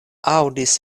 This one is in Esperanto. aŭdis